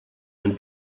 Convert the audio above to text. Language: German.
den